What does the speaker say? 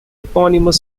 eponymous